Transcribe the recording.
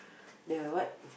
the what